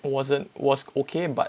it wasn't was okay but